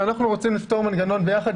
אנחנו רוצים ליצור מנגנון ביחד.